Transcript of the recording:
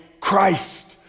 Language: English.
Christ